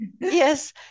Yes